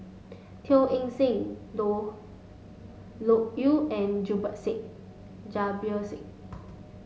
Teo Eng Seng Loke Loke Yew and Said Jabir Said